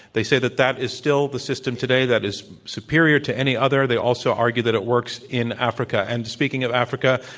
they say that that is still the system today that is superior to any other. they also argue that it works in africa. and speaking of africa,